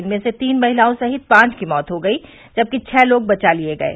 इनमें से तीन महिलाओं सहित पांच की मौत हो गयी जबकि छः लोग बचा लिए गये